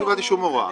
לא קיבלתי שום הוראה,